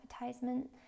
advertisement